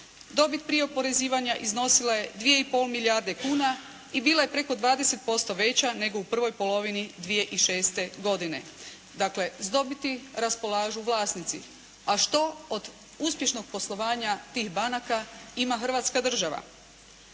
Dobit prije oporezivanja iznosila je 2,5 milijarde kuna i bila je preko 20% veća nego u prvoj polovini 2006. godine. Dakle, s dobiti raspolažu vlasnici. A što od uspješnog poslovanja tih banaka ima Hrvatska država?